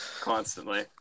Constantly